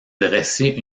dresser